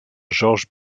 georges